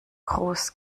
groß